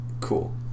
Cool